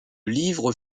livre